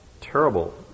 terrible